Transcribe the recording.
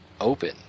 open